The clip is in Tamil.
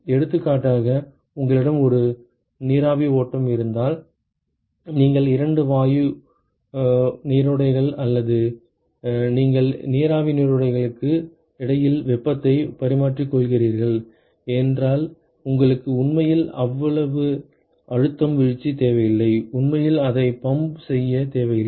எடுத்துக்காட்டாக உங்களிடம் ஒரு நீராவி ஓட்டம் இருந்தால் நீங்கள் இரண்டு வாயு வாயு நீரோடைகள் அல்லது இரண்டு நீராவி நீரோடைகளுக்கு இடையில் வெப்பத்தை பரிமாறிக்கொள்கிறீர்கள் என்றால் உங்களுக்கு உண்மையில் அவ்வளவு அழுத்தம் வீழ்ச்சி தேவையில்லை உண்மையில் அதை பம்ப் செய்ய தேவையில்லை